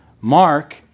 Mark